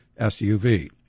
SUV